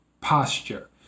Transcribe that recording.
posture